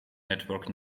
network